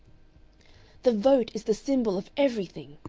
the vote is the symbol of everything,